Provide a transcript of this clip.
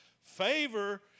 Favor